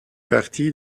partie